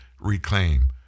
reclaim